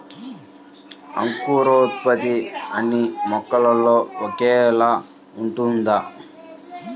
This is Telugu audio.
అంకురోత్పత్తి అన్నీ మొక్కల్లో ఒకేలా ఉంటుందా?